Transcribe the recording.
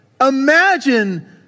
Imagine